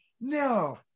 No